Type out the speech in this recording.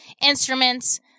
instruments